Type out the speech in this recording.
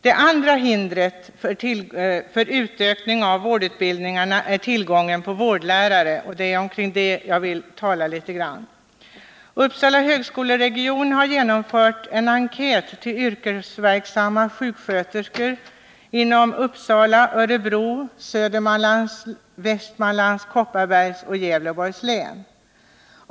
Det andra hindret för utökningen av vårdutbildningarna är tillgången på vårdlärare, och det är kring det jag vill tala litet. Uppsala högskoleregion har genomfört en enkät bland yrkesverksamma sjuksköterskor inom Uppsala, Örebro, Södermanlands, Västmanlands, Kopparbergs och Gävleborgs län.